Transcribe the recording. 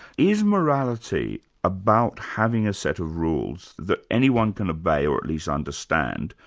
is morality about having a set of rules that anyone can obey, or at least understand,